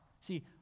See